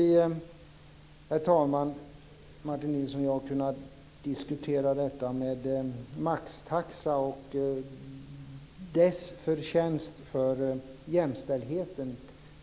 Martin Nilsson och jag skulle också kunna diskutera maxtaxans förtjänster när det gäller jämställdheten.